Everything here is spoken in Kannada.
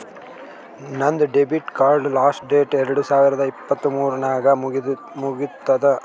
ನಂದ್ ಡೆಬಿಟ್ ಕಾರ್ಡ್ದು ಲಾಸ್ಟ್ ಡೇಟ್ ಎರಡು ಸಾವಿರದ ಇಪ್ಪತ್ ಮೂರ್ ನಾಗ್ ಮುಗಿತ್ತುದ್